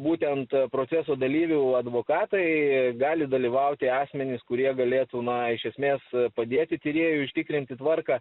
būtent proceso dalyvių advokatai gali dalyvauti asmenys kurie galėtų na iš esmės padėti tyrėjui užtikrinti tvarką